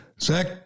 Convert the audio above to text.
Zach